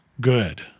good